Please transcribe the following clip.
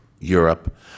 Europe